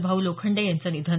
भाऊ लोखंडे यांचं निधन